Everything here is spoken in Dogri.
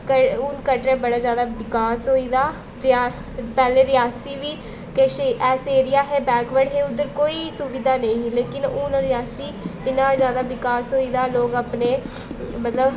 क हून कटरै बड़ा जैदा बिकास होई दा जि'यां पैह्लें रियासी बी किश ऐसे एरिया हे बैकबर्ड हे उद्धर कोई सुबधा नेईं ही लेकिन हून रियासी इन्ना जैदा बिकास होई दा लोग अपने मतलब